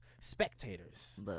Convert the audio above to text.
spectators